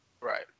Right